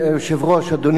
אדוני שר המשפטים,